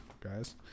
guys